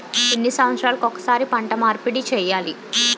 ఎన్ని సంవత్సరాలకి ఒక్కసారి పంట మార్పిడి చేయాలి?